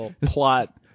plot